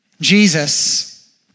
Jesus